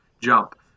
jump